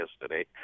yesterday